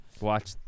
Watch